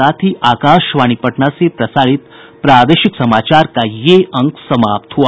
इसके साथ ही आकाशवाणी पटना से प्रसारित प्रादेशिक समाचार का ये अंक समाप्त हुआ